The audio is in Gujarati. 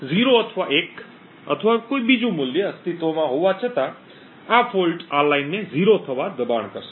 0 અથવા 1 અથવા કોઈ બીજું મૂલ્ય અસ્તિત્વમાં હોવા છતાં આ દોષ આ લાઈનને 0 થવા દબાણ કરશે